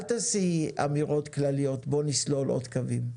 אל תעשי אמירות כלליות "בוא נסלול עוד קווים".